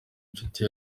nshuti